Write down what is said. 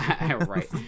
Right